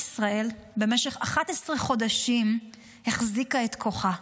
במשך 11 חודשים החזיקה מדינת ישראל את כוחה.